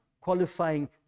qualifying